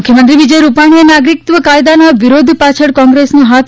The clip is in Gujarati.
મુખ્યમંત્રી વિજય રૂપાણીએ નાગરિકત્વ કાયદાના વિરોધ પાછળ કોંગ્રેસનો હાથ